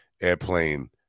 Airplane